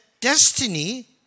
destiny